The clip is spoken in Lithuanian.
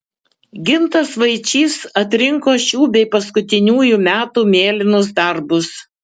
gintas vaičys atrinko šių bei paskutiniųjų metų mėlynus darbus